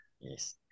Yes